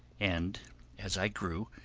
and as i grew,